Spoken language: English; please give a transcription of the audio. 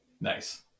nice